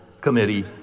Committee